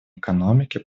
экономики